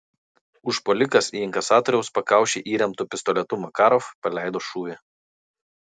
užpuolikas į inkasatoriaus pakaušį įremtu pistoletu makarov paleido šūvį